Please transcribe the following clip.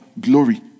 glory